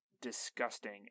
disgusting